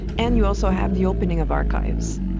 and you also have the opening of archives.